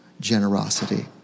generosity